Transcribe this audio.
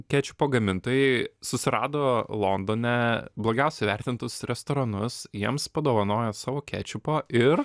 kečupo gamintojai susirado londone blogiausiai įvertintus restoranus jiems padovanojo savo kečiupo ir